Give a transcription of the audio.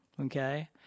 Okay